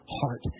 heart